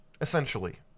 essentially